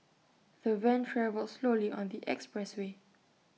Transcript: the van travelled slowly on the express way